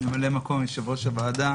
ממלא מקום יושב-ראש הוועדה.